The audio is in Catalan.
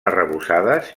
arrebossades